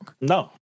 No